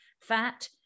fat